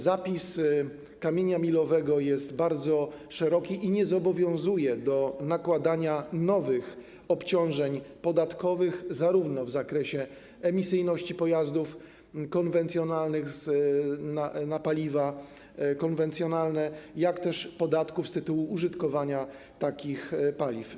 Zapis dotyczący kamienia milowego jest bardzo szeroki i nie zobowiązuje do nakładania nowych obciążeń podatkowych zarówno w zakresie emisyjności pojazdów konwencjonalnych, na paliwa konwencjonalne, jak i z tytułu używania takich paliw.